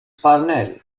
parnell